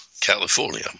California